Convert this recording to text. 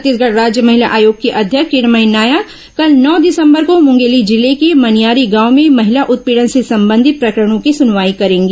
छत्तीसगढ़ राज्य महिला आयोग की अध्यक्ष किरणमयी नायक कल नौ दिसंबर को मुंगेली जिले के मनियारी गांव में महिला उत्पीडन से संबंधित प्रकरणों की सुनवाई करेंगी